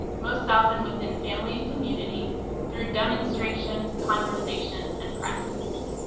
most often within family and community through demonstration, conversation, and practice.